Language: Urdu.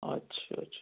اچھا اچھا